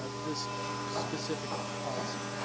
ah this specific policy.